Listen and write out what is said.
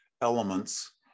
elements